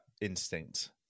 instinct